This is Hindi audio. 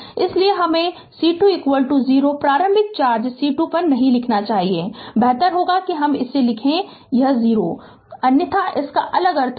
इसलिए हमे C2 0 प्रारंभिक चार्ज C2 पर नहीं लिखना चाहिए बेहतर होगा कि हम लिखे कि यह 0 के तो अन्यथा इसका अलग अर्थ होगा